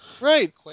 Right